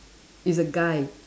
is a guy